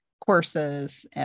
courses